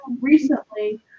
recently